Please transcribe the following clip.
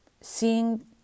seeing